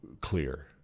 clear